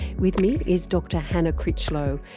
with me is dr hannah critchlow,